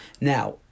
now